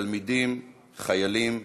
תלמידים, חיילים,